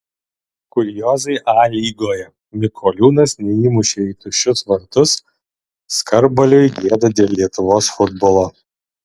kuriozai a lygoje mikoliūnas neįmušė į tuščius vartus skarbaliui gėda dėl lietuvos futbolo